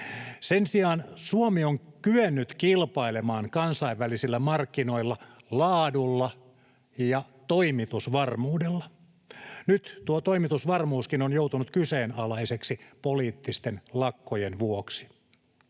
Sen sijaan Suomi on kyennyt kilpailemaan kansainvälisillä markkinoilla laadulla ja toimitusvarmuudella. Nyt tuo toimitusvarmuuskin on joutunut kyseenalaiseksi poliittisten lakkojen vuoksi.